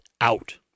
out